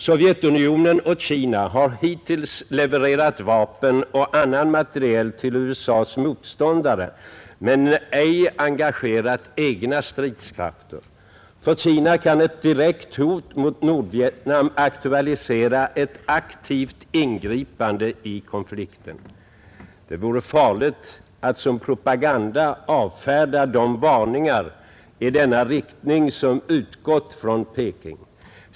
Sovjetunionen och Kina har hittills levererat vapen och annan materiel till USA:s motståndare men ej engagerat egna stridskrafter. För Kina kan ett direkt hot mot Nordvietnam aktualisera ett aktivt ingripande i konflikten. Det vore farligt att som propaganda avfärda de varningar i denna riktning som utgått från Peking.